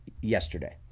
yesterday